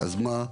ואז מה?